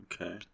Okay